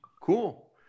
cool